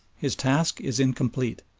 his task is incomplete,